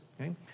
okay